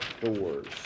doors